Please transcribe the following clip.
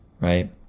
right